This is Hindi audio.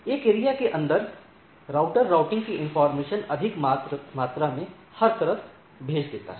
एक एरिया के अंदर राउटर राउटिंग की इनफार्मेशन अधिक मात्र में हर तरफ भेज देता है